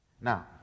Now